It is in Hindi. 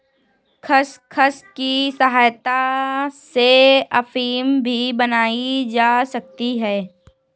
खसखस की सहायता से अफीम भी बनाई जा सकती है